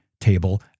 table